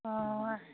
অঁ